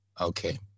Okay